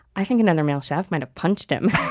i think another male chef might've punched him.